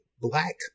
black